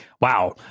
Wow